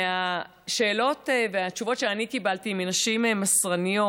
מהשאלות והתשובות שאני קיבלתי מנשים מסרניות,